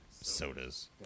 sodas